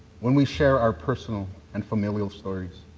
when we share our personal and familial stories.